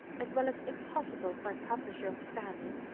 as well as impossible for a publisher of standing,